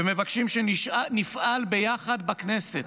ומבקשים שנפעל ביחד בכנסת,